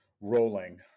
rolling